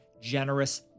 generous